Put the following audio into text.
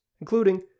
including